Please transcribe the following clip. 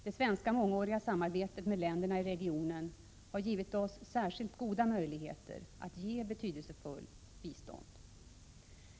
Det svenska mångåriga samarbetet med länderna i regionen har givit oss särskilt goda möjligheter att ge betydelsefullt bistånd.